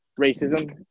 racism